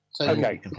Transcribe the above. okay